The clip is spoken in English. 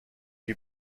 you